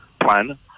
plan